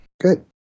Good